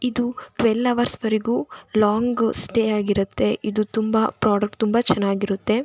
ಇದು ಟ್ವೆಲ್ ಹವರ್ಸ್ವರೆಗೂ long stay ಆಗಿರುತ್ತೆ ಇದು ತುಂಬ ಪ್ರಾಡಕ್ಟ್ ತುಂಬ ಚೆನ್ನಾಗಿರುತ್ತೆ